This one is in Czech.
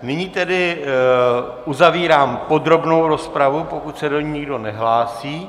Nyní tedy uzavírám podrobnou rozpravu, pokud se do ní nikdo nehlásí.